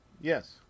Yes